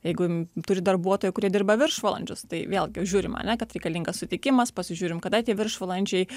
jeigu turi darbuotojų kurie dirba viršvalandžius tai vėlgi žiūrim ane kad reikalingas sutikimas pasižiūrim kada tie viršvalandžiai